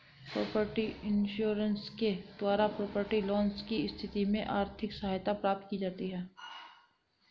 property insurance के द्वारा property loss की स्थिति में आर्थिक सहायता प्राप्त की जाती है